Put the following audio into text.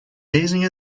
gazing